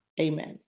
Amen